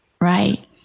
Right